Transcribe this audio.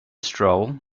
stroll